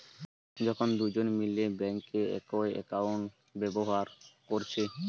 যখন দুজন মিলে বেঙ্কে একই একাউন্ট ব্যাভার কোরছে